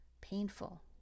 painful